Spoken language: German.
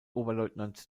oberleutnant